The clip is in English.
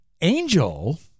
angel